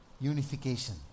unification